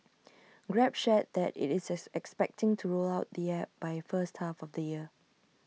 grab shared that IT is expecting to roll out the app by first half of the year